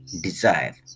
desire